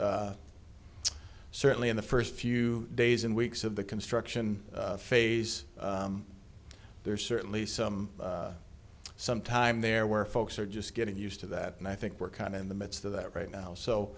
s certainly in the first few days and weeks of the construction phase there's certainly some some time there where folks are just getting used to that and i think we're kind of in the midst of that right now